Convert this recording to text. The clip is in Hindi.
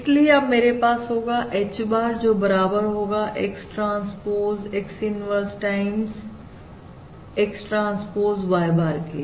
इसलिए अब मेरे पास होगा H bar जो बराबर होगा X transpose X inverse time X transpose Y के